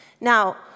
Now